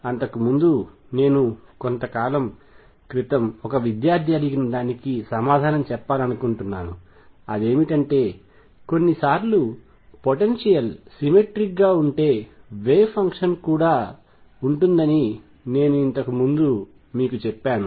అంతకు ముందు నేను కొంత కాలం క్రితం ఒక విద్యార్ధి అడిగిన దానికి సమాధానం చెప్పాలనుకుంటున్నాను అదేమిటంటే కొన్నిసార్లు పొటెన్షియల్ సిమెట్రిక్ గా ఉంటే వేవ్ ఫంక్షన్ కూడా ఉంటుందని నేను ఇంతకు ముందు మీకు చెప్పాను